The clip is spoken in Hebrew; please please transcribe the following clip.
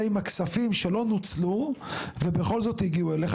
עם הכספים שלא נוצלו ובכל זאת הגיעו אליך.